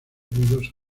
ruidoso